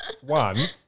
One